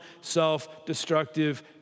self-destructive